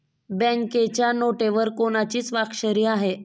बँकेच्या नोटेवर कोणाची स्वाक्षरी आहे?